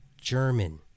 German